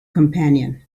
companion